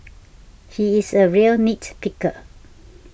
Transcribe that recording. he is a real nit picker